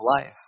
Life